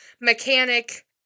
mechanic